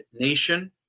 nation